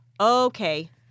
Okay